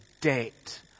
debt